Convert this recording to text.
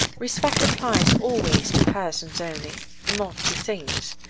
respect applies always to persons only not to things.